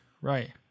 right